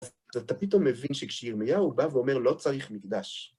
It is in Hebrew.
אז אתה פתאום מבין שכשירמיהו בא ואומר, לא צריך מקדש.